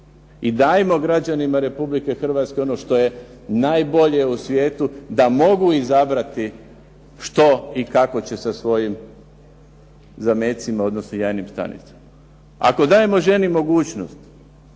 i dajmo građanima Republike Hrvatske ono što je najbolje u svijetu da mogu izabrati što i kako će se sa svojim zamecima odnosno jajnim stanicama. Ako dajemo ženi mogućnost